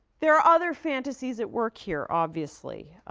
there are other fantasies at work here, obviously.